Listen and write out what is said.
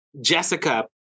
Jessica